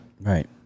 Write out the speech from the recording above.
right